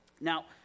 Now